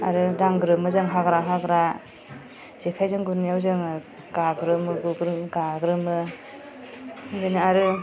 आरो दांग्रोमो जों हाग्रा हाग्रा जेखायजों गुरनायाव जोङो गाग्रोमोबो गाग्रोमो बिदिनो आरो